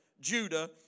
Judah